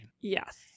Yes